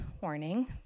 warning